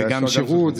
וגם שירות.